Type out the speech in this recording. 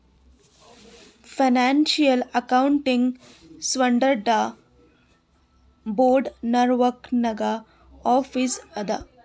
financial accounting standard board Norwalk ನಾಗ್ office ಅದಾ